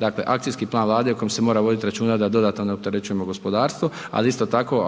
dakle, akcijski plan Vlade o kojem se mora vodit računa da dodatno ne opterećujemo gospodarstvo, ali isto tako